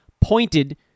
pointed